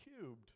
cubed